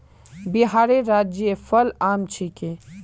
बिहारेर राज्य फल आम छिके